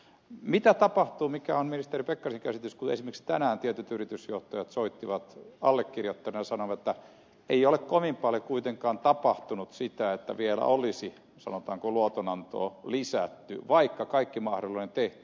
mitä tapahtuu mikä on ministeri pekkarisen käsitys kun esimerkiksi tänään tietyt yritysjohtajat soittivat allekirjoittaneelle ja sanoivat että ei ole kovin paljon kuitenkaan tapahtunut sitä että vielä olisi sanotaanko luotonantoa lisätty vaikka kaikki mahdollinen on tehty